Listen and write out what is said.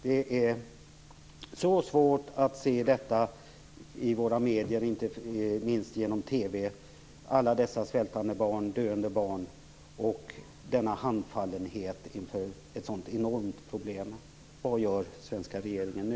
Det är verkligen svårt att se detta i våra medier, inte minst TV - alla dessa svältande och döende barn och denna handfallenhet inför detta enorma problem. Vad gör den svenska regeringen nu?